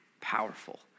powerful